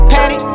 Patty